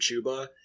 Chuba